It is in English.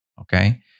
okay